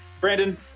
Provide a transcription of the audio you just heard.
Brandon